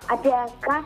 apie ką